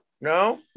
No